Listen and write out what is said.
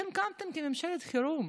אתם קמתם כממשלת חירום.